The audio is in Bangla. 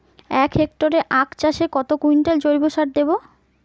এক হেক্টরে আখ চাষে কত কুইন্টাল জৈবসার দেবো?